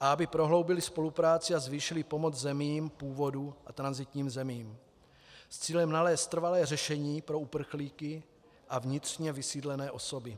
a aby prohloubily spolupráci a zvýšily pomoc zemím původu a tranzitním zemím s cílem nalézt trvalé řešení pro uprchlíky a vnitřně vysídlené osoby.